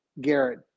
Garrett